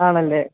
ആണല്ലേ